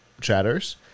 chatters